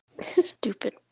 stupid